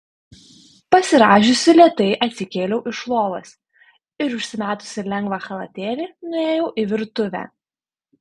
pasirąžiusi lėtai atsikėliau iš lovos ir užsimetusi lengvą chalatėlį nuėjau į virtuvę